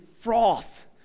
froth